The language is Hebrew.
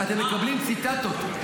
אתם מקבלים ציטטות.